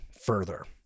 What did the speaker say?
further